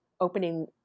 opening